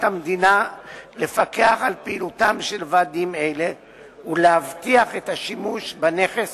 המדינה לפקח על פעילותם של ועדים אלה ולהבטיח את השימוש בנכס